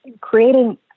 creating